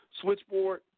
switchboard